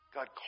God